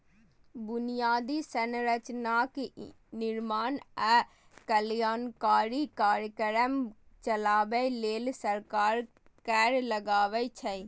बुनियादी संरचनाक निर्माण आ कल्याणकारी कार्यक्रम चलाबै लेल सरकार कर लगाबै छै